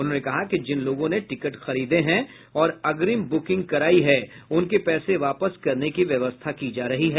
उन्होंने कहा कि जिन लोगों ने टिकट खरीदे हैं और अग्रिम ब्रुकिंग करायी है उनके पैसे वापस करने की व्यवस्था की जा रही है